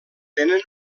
tenen